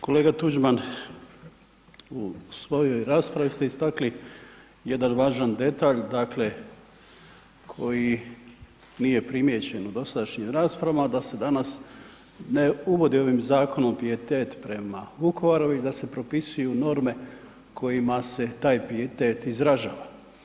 Kolega Tuđman, u svojoj raspravi ste istakli jedan važan detalj koji nije primijećen u dosadašnjim raspravama da se danas ne uvodi ovim zakonom pijetet prema Vukovaru i da se propisuju norme kojima se taj pijetet izražava.